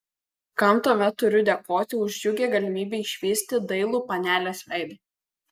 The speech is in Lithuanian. kam tuomet turiu dėkoti už džiugią galimybę išvysti dailų panelės veidą